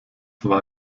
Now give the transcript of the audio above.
war